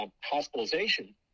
hospitalization